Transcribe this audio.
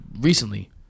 recently